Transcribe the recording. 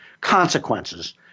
consequences